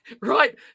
Right